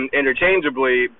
interchangeably